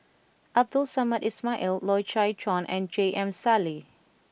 Abdul Samad Ismail Loy Chye Chuan and J M Sali